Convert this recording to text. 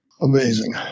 Amazing